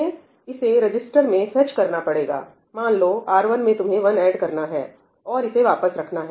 तुम्हें इसे रजिस्टर में फेच करना पड़ेगा मान लो R1 में तुम्हें वन ऐड करना है और इसे वापस रखना है